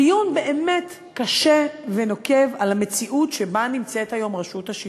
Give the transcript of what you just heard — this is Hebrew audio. דיון באמת קשה ונוקב על המציאות שבה נמצאת היום רשות השידור.